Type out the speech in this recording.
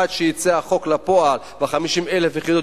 עד שיצא החוק לפועל ו-50,000 יחידות